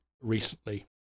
recently